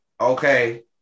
okay